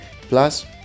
plus